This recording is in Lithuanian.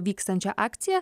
vykstančią akciją